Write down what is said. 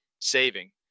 Saving